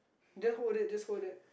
just hold it just hold it